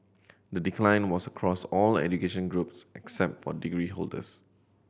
the decline was across all education groups except for degree holders